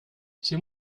c’est